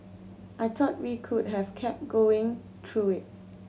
I thought we could have kept going through it